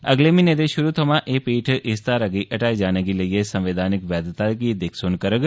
अगले म्हीने दे शुरु थमां एह पीठ इस धारा गी हटाई जाने गी लेइयै संवैधानिक वैद्यता दी दिक्ख सुन करौग